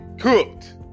cooked